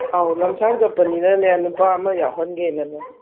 ꯑꯧ ꯂꯝꯁꯥꯡ ꯆꯠꯄꯅꯤꯅꯅꯦ ꯅꯨꯄꯥ ꯑꯃ ꯌꯥꯎꯍꯟꯒꯦꯅꯅꯦ